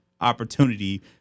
opportunity